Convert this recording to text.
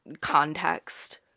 context